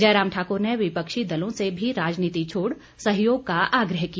जयराम ठाकुर ने विपक्षी दलों से भी राजनीति छोड़ सहयोग का आग्रह किया